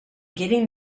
getting